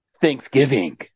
Thanksgiving